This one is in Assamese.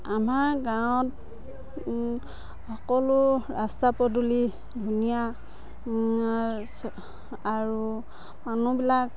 আমাৰ গাঁৱত সকলো ৰাস্তা পদূলি ধুনীয়া আৰু মানুহবিলাক